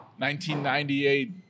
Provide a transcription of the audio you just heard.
1998